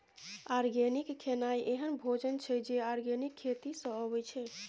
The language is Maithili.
आर्गेनिक खेनाइ एहन भोजन छै जे आर्गेनिक खेती सँ अबै छै